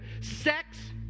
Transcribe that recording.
Sex